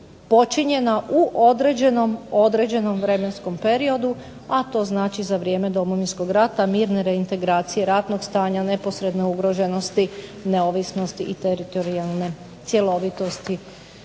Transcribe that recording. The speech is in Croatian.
počinjena u određenom vremenskom periodu. A to znači za vrijeme Domovinskog rata, mirne reintegracije, ratnog stanja, neposredne ugroženosti, neovisnosti i teritorijalne cjelovitosti